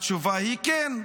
התשובה היא כן.